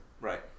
right